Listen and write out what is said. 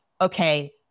okay